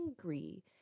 angry